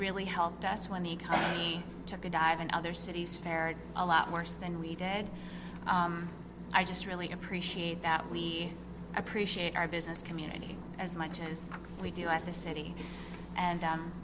really helped us when the economy took a dive and other cities fared a lot worse than we did i just really appreciate that we appreciate our business community as much as we do at the city and